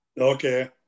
Okay